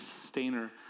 sustainer